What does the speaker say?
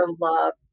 love